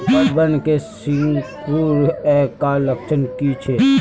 पतबन के सिकुड़ ऐ का लक्षण कीछै?